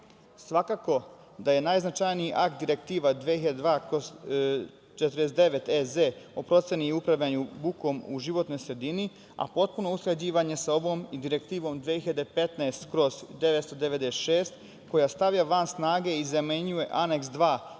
snage. Svakako da je najznačajniji akt Direktiva 2002/49/EZ o proceni i upravljanju bukom u životnoj sredini, a potpuno usklađivanje sa ovom i Direktivom 2015/996 koja stavlja van snage i zamenjuje Aneks 2